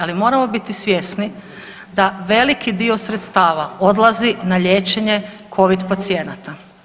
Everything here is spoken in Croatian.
Ali moramo biti svjesni da veliki dio sredstava odlazi na liječenje covid pacijenata.